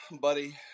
buddy